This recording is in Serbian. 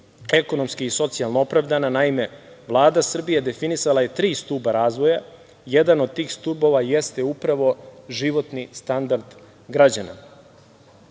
ekonomski i socijalno opravdana. Naime, Vlada Srbije definisala je tri stupa razvoja, a jedan od tih stubova jeste upravo životni standard građana,